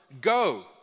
go